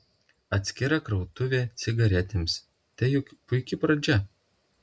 atskira krautuvė cigaretėms tai juk puiki pradžia